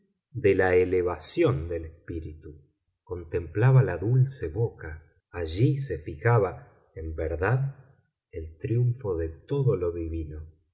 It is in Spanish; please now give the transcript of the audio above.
de la elevación del espíritu contemplaba la dulce boca allí se fijaba en verdad el triunfo de todo lo divino